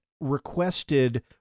requested